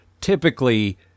typically